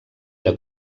era